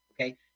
Okay